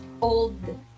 old